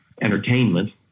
entertainment